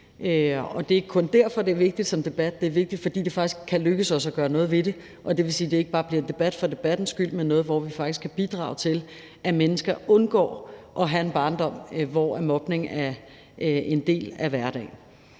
Det er ikke kun derfor, det er vigtigt som debat; det er vigtigt, fordi det faktisk kan lykkes os at gøre noget ved det. Det vil sige, at det ikke bare bliver en debat for debattens skyld, men noget, hvor vi faktisk kan bidrage til, at mennesker undgår at have en barndom, hvor mobning er en del af hverdagen.